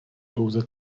pouze